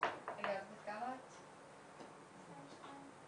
מבחינת כל הנושא של התיאום,